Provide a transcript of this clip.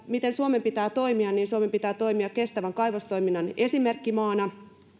miten suomen pitää toimia suomen pitää toimia kestävän kaivostoiminnan esimerkkimaana